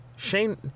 Shane